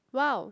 wow